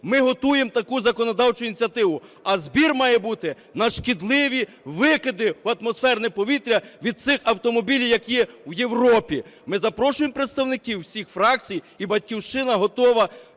Ми готуємо таку законодавчу ініціативу, а збір має бути на шкідливі викиди в атмосферне повітря від цих автомобілів, як є в Європі. Ми запрошуємо представників всіх фракцій, і "Батьківщина" готова